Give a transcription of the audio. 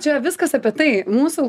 čia viskas apie tai mūsų